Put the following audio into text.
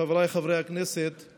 חבריי חברי הכנסת,